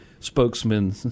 spokesmen